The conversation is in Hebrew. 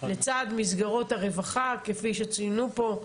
לצד מסגרות הרווחה כפי שציינו פה,